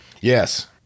yes